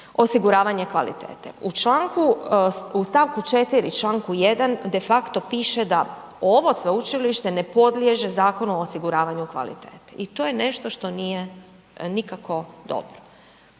osiguravanje kvalitete. U čl., u st. 4. u čl. 1. de facto piše da ovo sveučilište ne podliježe Zakonu o osiguravanju kvalitete i to je nešto što nije nikako dobro.